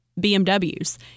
BMWs